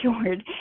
cured